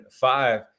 five